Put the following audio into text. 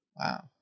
Wow